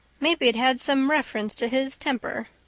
maybe it had some reference to his temper.